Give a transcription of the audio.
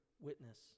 witness